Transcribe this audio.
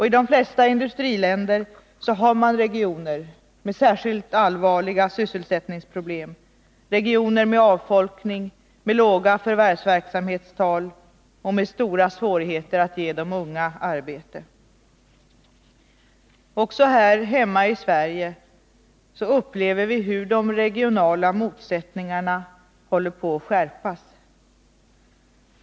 I de flesta industriländer har man regioner med särskilt allvarliga sysselsättningsproblem, regioner med avfolkning och en låg förvärvsverksamhetsgrad, med stora svårigheter att ge arbete åt de unga. Också här hemma upplever vi hur de regionala motsättningarna håller på att skärpas.